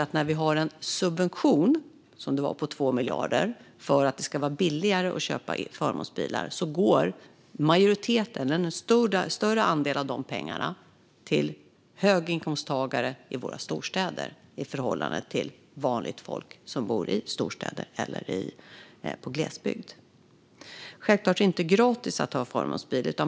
När man då har en subvention på 2 miljarder, som det var, för att det ska vara billigare att köpa förmånsbil går en större andel av de pengarna till höginkomsttagare i våra storstäder i förhållande till vanligt folk som bor i storstäder eller i glesbygd. Självklart är det inte gratis att ha förmånsbil.